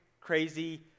crazy